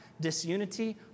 Disunity